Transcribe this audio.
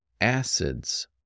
acids